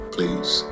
Please